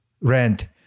rent